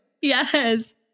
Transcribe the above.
Yes